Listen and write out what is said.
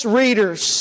readers